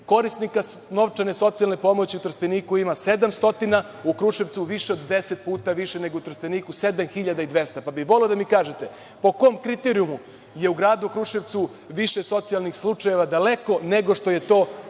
Korisnika socijalne novčane pomoći u Trsteniku ima 700, u Kruševcu više od 10 puta nego u Trsteniku, 7.200. Pa bih voleo da mi kažete - po kom kriterijumu je u gradu Kruševcu više socijalnih slučajeva daleko nego što je to